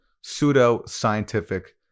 pseudo-scientific